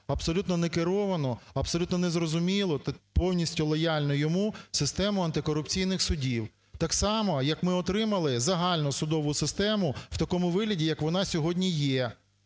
абсолютно некеровану, абсолютно незрозумілу, повністю лояльну йому систему антикорупційних судів. Так само як ми отримали загальну судову систему в такому вигляді, як вона сьогодні є,